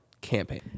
campaign